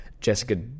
Jessica